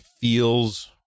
feels